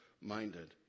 minded